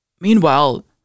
Meanwhile